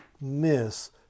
miss